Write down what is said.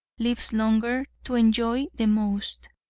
lives longer to enjoy the most.